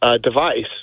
device